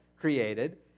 created